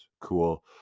Cool